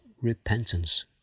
repentance